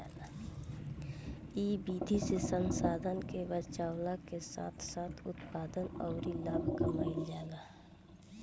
इ विधि से संसाधन के बचावला के साथ साथ उत्पादन अउरी लाभ कमाईल जाला